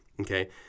Okay